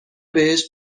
بهش